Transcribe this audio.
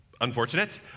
unfortunate